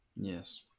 Yes